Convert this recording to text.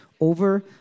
over